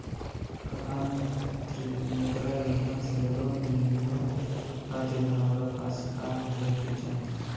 प्रधानमंत्री मुद्रा योजना से लोन मिलोए खातिर हमरा पास का होए के चाही?